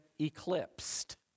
eclipsed